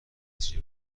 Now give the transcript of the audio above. نتیجه